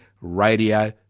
Radio